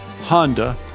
Honda